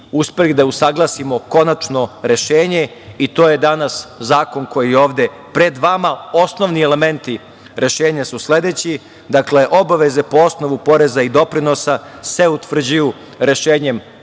uspeli da usaglasimo konačno rešenje. To je danas zakon koji ovde pred vama. Osnovni elementi rešenja su sledeći: obaveze po osnovu poreza i doprinosa se utvrđuju rešenjem